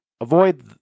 avoid